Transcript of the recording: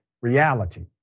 reality